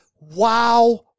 Wow